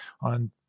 on